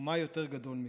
ומה יותר גדול מזה?